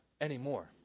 anymore